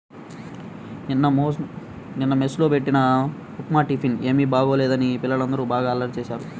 నిన్న మెస్ లో బెట్టిన ఉప్మా టిఫిన్ ఏమీ బాగోలేదని పిల్లలందరూ బాగా అల్లరి చేశారు